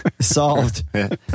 Solved